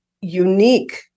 unique